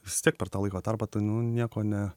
vis tiek per tą laiko tarpą tai nu nieko ne